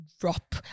drop